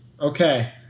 Okay